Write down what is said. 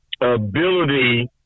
ability